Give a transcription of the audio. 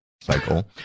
Cycle